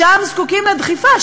שם זקוקים לדחיפה,